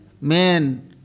man